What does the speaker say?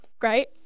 great